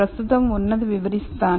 ప్రస్తుతం ఉన్నది వివరిస్తాను